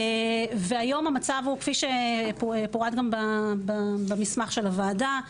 והיום המצב כפי שפורט גם במסמך של הוועדה,